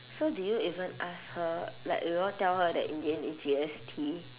so did you even ask her like you know tell her that in the end it G S T